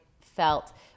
felt